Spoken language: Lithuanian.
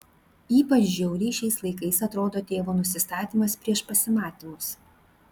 ypač žiauriai šiais laikais atrodo tėvo nusistatymas prieš pasimatymus